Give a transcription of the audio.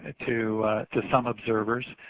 ah to to some observers.